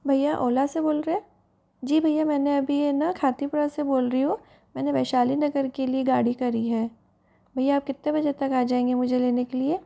भैया ओला से बोल रहे जी भैया मैंने अभी है ना खातीपुरा से बोल रही हूँ मैंने वैशाली नगर के लिए गाड़ी करी है भैया आप कितने बजे तक आ जाएंगे मुझे लेने के लिए